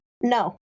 No